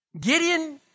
Gideon